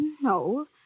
no